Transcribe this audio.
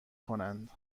کنند